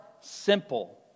simple